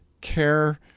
care